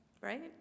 right